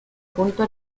punto